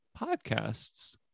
podcasts